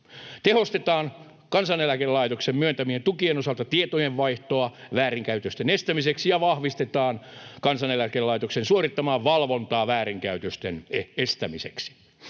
Tehostetaan Kansaneläkelaitoksen myöntämien tukien osalta tietojenvaihtoa väärinkäytösten estämiseksi ja vahvistetaan Kansaneläkelaitoksen suorittamaa valvontaa väärinkäytösten estämiseksi.